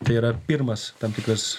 tai yra pirmas tam tikras